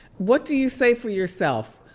what do you say for yourself,